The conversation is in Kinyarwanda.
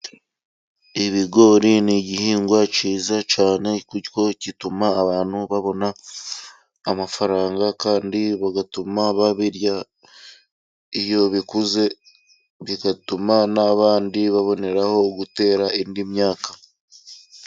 Ibigori ni igihingwa cyiza cyane kuko gituma abantu babona amafaranga, kandi bigatuma babirya iyo bikuze, bigatuma n'abandi baboneraho gutera indi myaka.